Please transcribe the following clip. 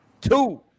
two